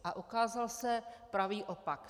A ukázal se pravý opak.